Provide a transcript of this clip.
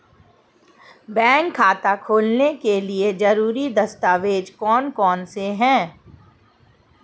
Bank खाता खोलने के लिए ज़रूरी दस्तावेज़ कौन कौनसे हैं?